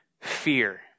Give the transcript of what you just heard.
fear